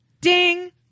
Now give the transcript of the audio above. Ding